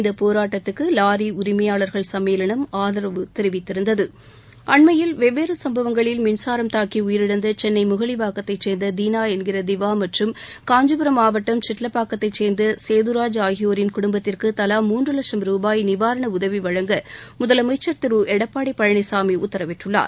இந்த போராட்டத்துக்கு லாரி உரிமையாளர்கள் சம்மேளனம் ஆதரவு தெரிவித்திருந்தது அண்மையில் வெவ்வேறு சம்பவங்களில் மின்சாரம் தாக்கி உயிரிழந்த சென்னை முகலிவாக்கத்தைச் சேர்ந்த தீனா என்கிற திவா மற்றும் காஞ்சிபுரம் மாவட்டம் சிட்லபாக்கத்தைச் சேர்ந்த சேதராஜ் ஆகியோரின் குடும்பத்திற்கு தவா மூன்று லட்சும் ரூபாய் நிவாரண உதவி வழங்க முதலமைச்சர் திரு எடப்படி பழனிசாமி உத்தரவிட்டுள்ளார்